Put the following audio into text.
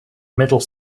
middle